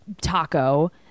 taco